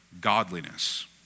godliness